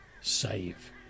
save